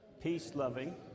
peace-loving